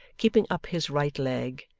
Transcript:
keeping up his right leg,